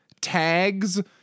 tags